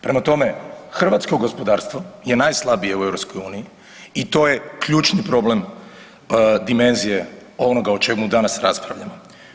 Prema tome, hrvatsko gospodarstvo je najslabije u EU i to je ključni problem dimenzije onoga o čemu danas raspravljamo.